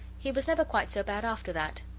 he was never quite so bad after that,